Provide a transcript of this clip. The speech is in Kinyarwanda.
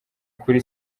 kuri